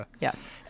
Yes